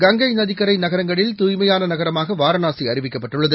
கங்கை நதிக்கரை நகரங்களில் தூய்மையான நகரமாக வாரணாசி அறிவிக்கப்பட்டுள்ளது